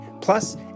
plus